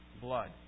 blood